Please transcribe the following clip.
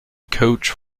coach